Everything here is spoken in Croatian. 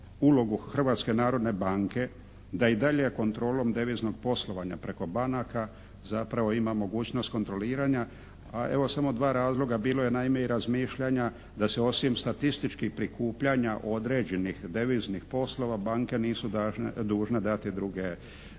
ulogu Hrvatske narodne banke da i dalje kontrolom deviznog poslovanja preko banaka zapravo ima mogućnost kontroliranja a evo samo dva razloga. Bilo je naime i razmišljanja da se osim statističkih prikupljanja određenih deviznih poslova banke nisu dužne dati druge informacije.